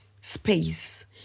space